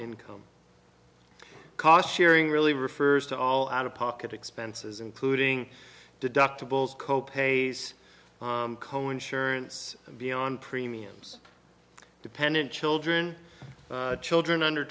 income cost sharing really refers to all out of pocket expenses including deductibles co pays co insurance beyond premiums dependent children children under